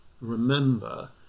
remember